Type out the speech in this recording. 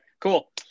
cool